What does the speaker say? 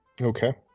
Okay